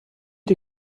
die